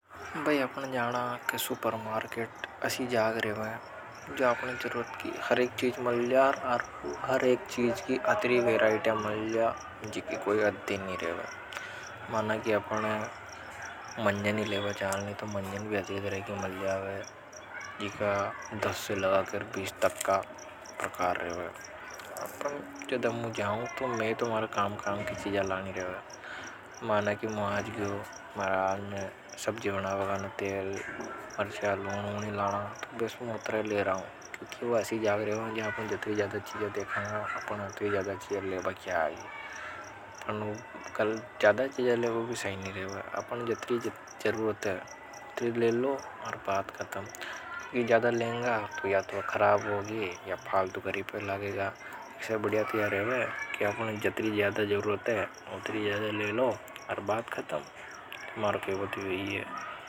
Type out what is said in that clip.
भई अपन जाना सुपर मार्केट असी जाग रेवे जा अपने जरूरत की हर। एक चीज माल्जा हर एक चीज की अत्री वैरायटियां मिल जावे जीकी कोई हद ही नी रेवे। माना की अपन हे मंजन ही लेवा चालनी तो मंजन भी अत्री तरह की मल जा। इक दश से लगार बीस तक प्रकार रेवे। जद मु जव तो में तो मारे मारे काम की चीजा लानी रेवे माना की मु आज गयो। मार काने सब्जी बनाबा काने लून मर्चा लानी तो मु अतरा ही लेर आव क्योंकि की ऊ असा की जगे रेवे जा अपन जत्री ज्यादा चीजा देखा हूअपन हे उतरी ज्यादा चीजा लेभा की आगी। जत्री जरूरत है तो उत्तरी ले लो और बात खत्म। यह ज्यादा लेंगा तो या तो खराब होगी या फालतो का रिप्या लागेगा इससे बढ़िया तो यह रेवे कि आपन जत्री ज्यादा जरूरत हे। उत्तरी ज्यादा जरूरत है उत्तरी ज्यादा ले लो और बात खत्म हमारे के बाद वही है। उत्तरी ज्यादा ले लो और बात खत्म मारो खेबो तो यो ही है।